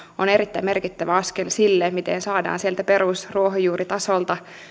on erittäin merkittävä askel sille miten saadaan sitä perus ja ruohonjuuritasoa